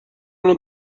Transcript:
نوع